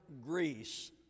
Greece